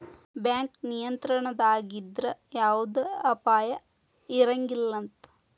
bank ನಿಯಂತ್ರಣದಾಗಿದ್ರ ಯವ್ದ ಅಪಾಯಾ ಇರಂಗಿಲಂತ್